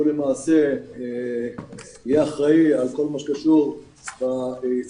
למעשה יהיה אחראי על כל מה שקשור ביצירת